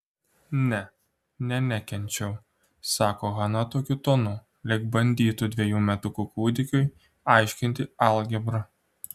ne ne nekenčiau sako hana tokiu tonu lyg bandytų dvejų metukų kūdikiui aiškinti algebrą